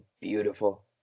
beautiful